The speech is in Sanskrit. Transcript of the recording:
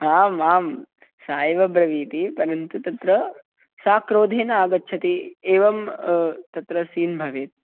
आम् आं सा एव ब्रवीति परन्तु तत्र सा क्रोधेनागच्छति एवं तत्र सीन् भवेत्